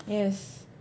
yes